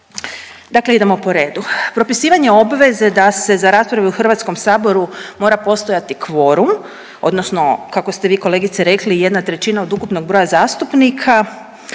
Dakle idemo po redu, propisivanje obveze da se za rasprave u HS-u mora postojati kvorum, odnosno, kako ste vi, kolegice, rekli, 1/3 od ukupnog broja zastupnika,